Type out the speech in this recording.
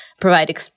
provide